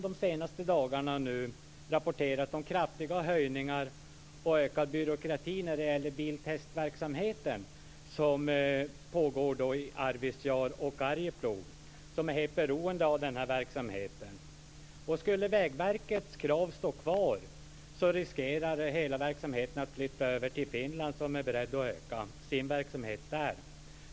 De senaste dagarna har det rapporterats om kraftiga höjningar av krav och ökad byråkrati när det gäller biltestverksamheten som pågår i Arvidsjaur och Arjeplog. Dessa orter är helt beroende av verksamheten. Skulle Vägverkets krav stå kvar riskerar hela verksamheten att flytta till Finland, där man är beredd att öka verksamheten.